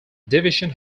division